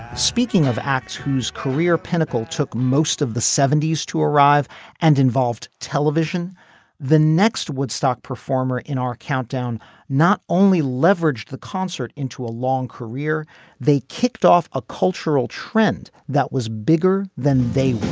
speaking of acts whose career pinnacle took most of the seventy years to arrive and involved television the next woodstock performer in our countdown not only leveraged the concert into a long career they kicked off a cultural trend that was bigger than they